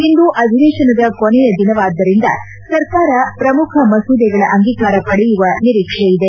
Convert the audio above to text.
ಇಂದು ಅಧಿವೇತನದ ಕೊನೆಯ ದಿನವಾದ್ದರಿಂದ ಸರ್ಕಾರ ಪ್ರಮುಖ ಮಸೂದೆಗಳ ಅಂಗೀಕಾರ ಪಡೆಯುವ ನಿರೀಕ್ಷೆಯಿದೆ